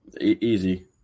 Easy